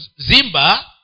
Zimba